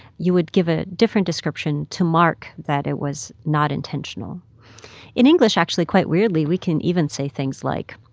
you would give a different description to mark that it was not intentional in english, actually, quite weirdly, we can even say things like,